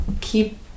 keep